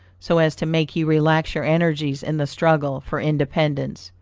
so as to make you relax your energies in the struggle for independence,